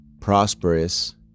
prosperous